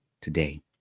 today